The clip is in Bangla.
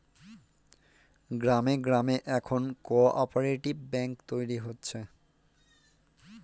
গ্রামে গ্রামে এখন কোঅপ্যারেটিভ ব্যাঙ্ক তৈরী হচ্ছে